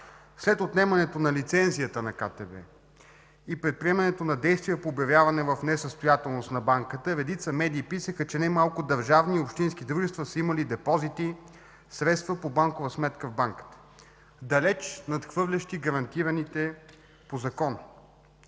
След отнемането на лиценза на КТБ и предприемането на действия по обявяване на Банката в несъстоятелност, редица медии писаха, че не малко държавни и общински дружества са имали депозити – средства по банкова сметка в Банката, далеч надхвърлящи гарантираните по закон.